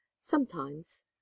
Sometimes